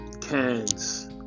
cans